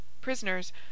prisoners